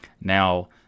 now